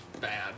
bad